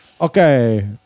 Okay